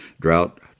Drought